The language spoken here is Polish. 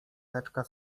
teczka